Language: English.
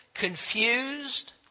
confused